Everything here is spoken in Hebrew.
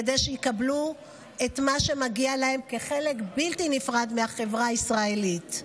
כדי שיקבלו את מה שמגיע להם כחלק בלתי נפרד מהחברה הישראלית.